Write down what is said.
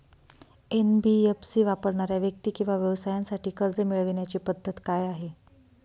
NBFC वापरणाऱ्या व्यक्ती किंवा व्यवसायांसाठी कर्ज मिळविण्याची पद्धत काय आहे?